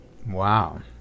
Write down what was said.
Wow